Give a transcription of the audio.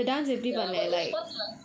ya but it was fun lah